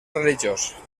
religiós